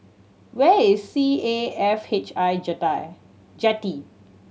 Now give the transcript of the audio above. where is C A F H I Jetty